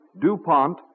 DuPont